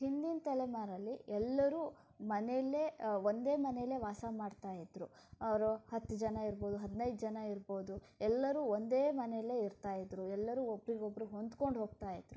ಹಿಂದಿನ ತಲೆಮಾರಲ್ಲಿ ಎಲ್ಲರೂ ಮನೆಯಲ್ಲೇ ಒಂದೇ ಮನೆಯಲ್ಲೇ ವಾಸ ಮಾಡ್ತಾ ಇದ್ದರು ಅವರು ಹತ್ತು ಜನ ಇರ್ಬೋದು ಹದಿನೈದು ಜನ ಇರ್ಬೋದು ಎಲ್ಲರೂ ಒಂದೇ ಮನೆಯಲ್ಲೇ ಇರ್ತಾ ಇದ್ದರು ಎಲ್ಲರೂ ಒಬ್ರಿಗೊಬ್ಬರು ಹೊಂದಿಕೊಂಡು ಹೋಗ್ತಾ ಇದ್ದರು